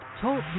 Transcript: Talk